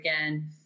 again